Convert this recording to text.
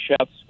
chefs